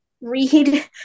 read